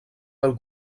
del